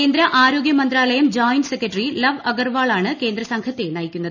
കേന്ദ്ര ആരോഗൃമന്ത്രാലയം joint secretary Lav അഗർവാളാണ് കേന്ദ്ര സംഘത്തെ നയിക്കുന്നത്